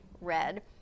red